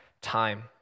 time